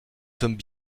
sommes